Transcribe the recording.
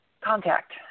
Contact